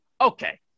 Okay